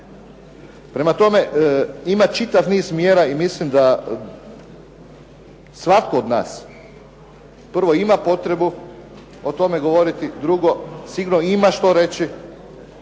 Prema tome, ima čitav niz mjera i mislim da svatko od nas prvo ima potrebu o tome govoriti, sigurno ima što reći.